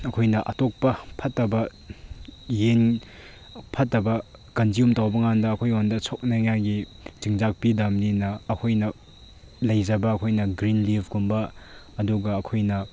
ꯑꯩꯈꯣꯏꯅ ꯑꯇꯣꯞꯄ ꯐꯠꯇꯕ ꯌꯦꯟ ꯐꯠꯇꯕ ꯀꯟꯖ꯭ꯌꯨꯝ ꯇꯧꯕꯀꯥꯟꯗ ꯑꯩꯈꯣꯏꯉꯣꯟꯗ ꯁꯣꯛꯅꯤꯡꯉꯥꯏꯒꯤ ꯆꯤꯟꯖꯥꯛ ꯄꯤꯗꯕꯅꯤꯅ ꯑꯩꯈꯣꯏꯅ ꯂꯩꯖꯕ ꯑꯩꯈꯣꯏꯅ ꯒ꯭ꯔꯤꯟ ꯂꯤꯐꯀꯨꯝꯕ ꯑꯗꯨꯒ ꯑꯩꯈꯣꯏꯅ